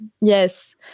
Yes